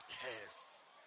yes